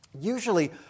usually